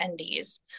attendees